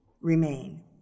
remain